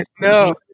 No